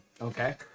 Okay